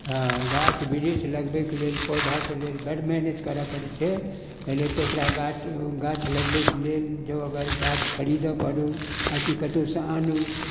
हँ गाछ बिरिछ लगबैके लेल पौधाके लेल बड़ मेहनति करऽ पड़ै छै पहिले तऽ ओकरा गाछ गाछ लगबैके लेल जँ अगर गाछ खरीद करू आओर कि कतऽसँ आनू